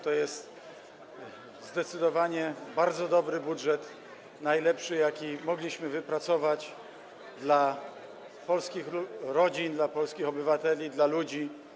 To jest zdecydowanie bardzo dobry budżet, najlepszy, jaki mogliśmy wypracować dla polskich rodzin, dla polskich obywateli, dla ludzi.